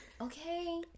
okay